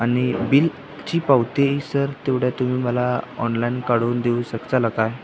आणि बिलची पावती सर तेवढ्या तुम्ही मला ऑनलाईन काढून देऊ शकाल काय